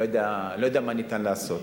אני לא יודע מה ניתן לעשות.